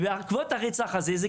ואז הוא